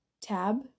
Tab